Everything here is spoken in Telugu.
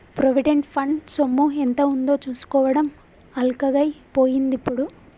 ప్రొవిడెంట్ ఫండ్ సొమ్ము ఎంత ఉందో చూసుకోవడం అల్కగై పోయిందిప్పుడు